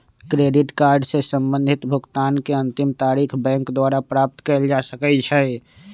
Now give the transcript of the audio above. credit card से संबंधित भुगतान के अंतिम तारिख बैंक द्वारा प्राप्त कयल जा सकइ छइ